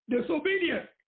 disobedience